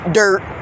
dirt